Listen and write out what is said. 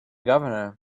governor